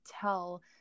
tell